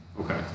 Okay